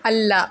ಅಲ್ಲ